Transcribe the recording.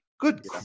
Good